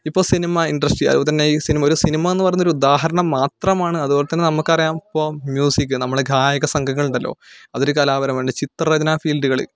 ഇപ്പം cinema industry അതുപോലെ തന്നെ ഈ സിനിമ ഒരു സിനിമ എന്ന് പറയുന്നത് ഒരു ഉദാഹരണം മാത്രമാണ് അതുപോലെ തന്നെ നമുക്കറിയാം ഇപ്പോൾ മ്യൂസിക് നമ്മുടെ ഗായക സംഘങ്ങളുണ്ടല്ലോ അതൊരു കലാപരമാണ് ചിത്രരചനാ ഫീൽഡുകൾ